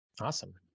Awesome